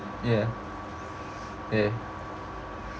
ya ya